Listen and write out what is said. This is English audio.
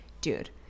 dude